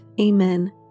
Amen